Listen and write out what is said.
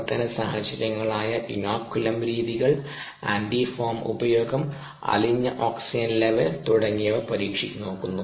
പ്രവർത്തന സാഹചര്യങ്ങളായ ഈനോകുലം രീതികൾ ആന്റിഫോം ഉപയോഗം അലിഞ്ഞ ഓക്സിജൻ ലെവൽ തുടങ്ങിയവ പരീക്ഷിച്ചുനോക്കുന്നു